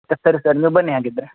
sir ಸರಿ sir ನೀವು ಬನ್ನಿ ಹಾಗಿದ್ರೆ